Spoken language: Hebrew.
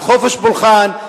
על חופש פולחן.